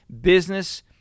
business